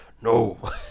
no